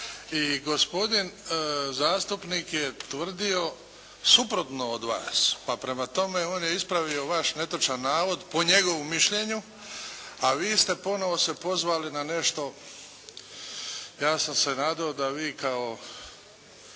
i gospodin zastupnik je tvrdio suprotno od vas, pa prema tome on je ispravio vaš netočan navod po njegovu mišljenje, a vi ste ponovo se pozvali na nešto. Ja sam se nadao da vi kao